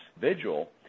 vigil